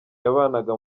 yabanaga